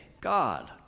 God